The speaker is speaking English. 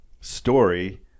story